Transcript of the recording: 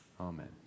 Amen